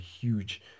huge